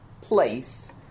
place